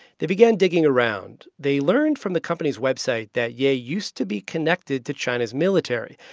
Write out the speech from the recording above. they began digging around. they learned from the company's website that ye used to be connected to china's military.